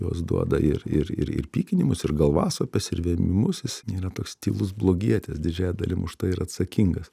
jos duoda ir ir ir ir pykinimus ir galvasopes ir vėmimus jis nėra toks tylus blogietis didžiąja dalim už tai ir atsakingas